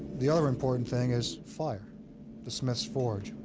the other important thing is fire the smith's forge.